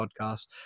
podcast